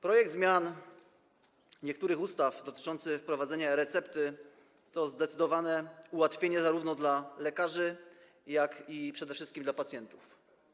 Projekt zmian niektórych ustaw dotyczący wprowadzenia e-recepty to zdecydowane ułatwienie zarówno dla lekarzy, jak i przede wszystkim dla pacjentów.